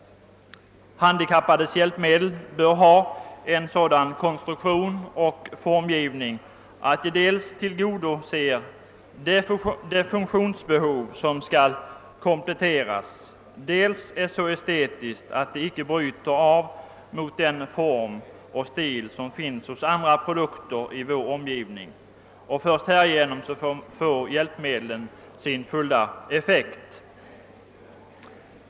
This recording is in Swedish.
Handikappades hjälpmedel bör ha en sådan konstruktion och formgivning att de dels tillgodoser det funktionsbehov som skall kompletteras, dels är så estetiskt tilltalande att de icke bryter av mot den form och stil som finnes hos andra produkter i vår omgivning. Först härigenom får hjälpmedlen sin fulla effekt.